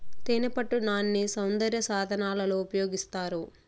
తేనెపట్టు నాన్ని సౌందర్య సాధనాలలో ఉపయోగిస్తారు